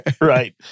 Right